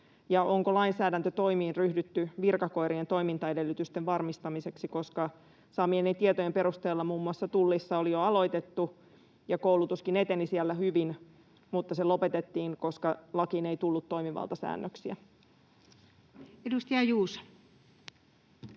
onko lainsäädäntötoimiin ryhdytty virkakoirien toimintaedellytysten varmistamiseksi, koska saamieni tietojen perusteella muun muassa Tullissa oli jo aloitettu ja koulutuskin eteni siellä hyvin mutta se lopetettiin, koska lakiin ei tullut toimivaltasäännöksiä. [Speech 263]